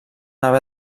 haver